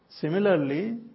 Similarly